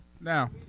Now